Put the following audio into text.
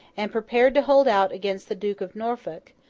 and prepared to hold out against the duke of norfolk,